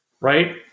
right